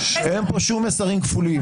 שרון, אין פה שום מסרים כפולים.